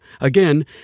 Again